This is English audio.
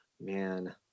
Man